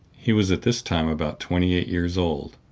he was at this time about twenty-eight years old,